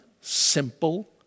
simple